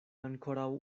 ankoraŭ